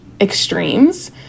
extremes